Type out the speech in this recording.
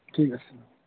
ٹھیک ہے السلام